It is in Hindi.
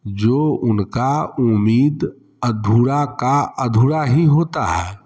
जो उनका उम्मीद अधूरा का अधूरा ही होता है